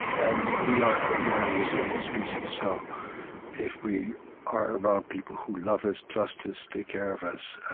and we are a very resilient species. so if we are around people who love us, trust us, take care of us, ah